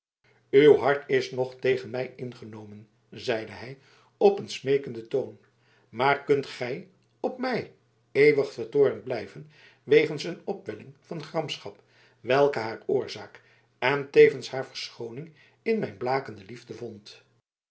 uw hart is nog tegen mij ingenomen zeide hij op een smeekenden toon maar kunt gij op mij eeuwig vertoornd blijven wegens een opwelling van gramschap welke haar oorzaak en tevens haar verschooning in mijn blakende liefde vond